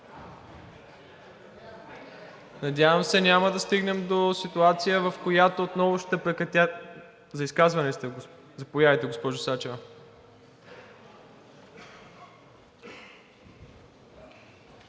Надявам се, няма да стигнем до ситуация, в която отново ще прекратя… Заповядайте, госпожо Сачева.